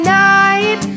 night